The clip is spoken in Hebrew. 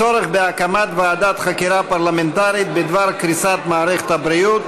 הצורך בהקמת ועדת חקירה פרלמנטרית בדבר קריסת מערכת הבריאות,